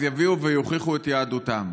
אז יביאו ויוכיחו את יהדותם.